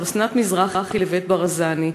על אסנת מזרחי לבית ברזאני,